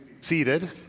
Seated